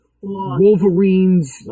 Wolverine's